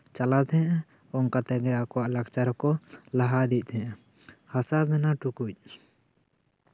ᱪᱟᱞᱟᱣ ᱛᱟᱦᱮᱸᱜᱼᱟ ᱚᱱᱠᱟ ᱛᱮᱜᱮ ᱟᱠᱚᱣᱟᱜ ᱞᱟᱠᱪᱟᱨ ᱠᱚ ᱞᱟᱦᱟ ᱤᱫᱤᱭᱮᱜ ᱛᱟᱦᱮᱱᱟ ᱦᱟᱥᱟ ᱵᱮᱱᱟᱣ ᱴᱩᱠᱩᱡ